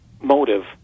motive